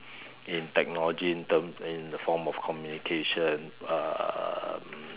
in technology in terms and in the form of communication um